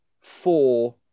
four